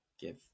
give